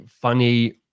funny